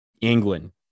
England